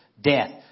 death